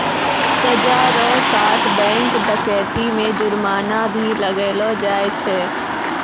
सजा रो साथ बैंक डकैती मे जुर्माना भी लगैलो जाय छै